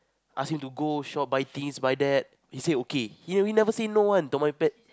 ask him to go shop buy this buy that he say okay he never say no one to my pet